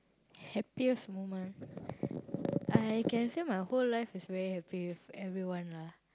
happiest moment I can say my whole life is very happy with everyone lah